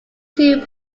two